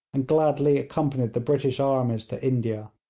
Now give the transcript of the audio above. and gladly accompanied the british armies to india.